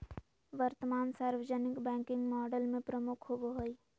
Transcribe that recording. वर्तमान सार्वजनिक banking model में प्रमुख होबो हइ